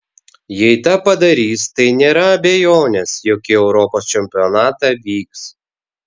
jei tą padarys tai nėra abejonės jog į europos čempionatą vyks